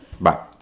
Bye